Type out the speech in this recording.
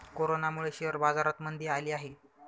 कोरोनामुळे शेअर बाजारात मंदी आली आहे